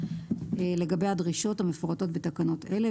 לגבי הדרישות המפורטות בתקנות אלה,